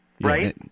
Right